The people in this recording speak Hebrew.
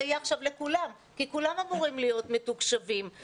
יהיה עכשיו לכולם כי כולם אמורים להיות מתוקשבים.